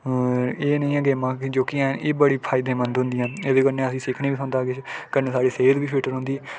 एह् नेहियां गेमां जोह्कियां एह् बड़ी फायदेमंद होंदियां एह्दे कन्नै असेंई सिखनेई थ्होंदा केश कन्नै साढ़ी सेह्त बी फेट रौंह्दी